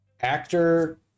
actor